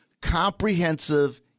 comprehensive